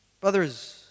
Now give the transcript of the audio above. brothers